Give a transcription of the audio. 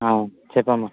చెప్పమ్మా